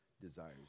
desires